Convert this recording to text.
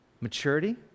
maturity